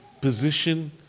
position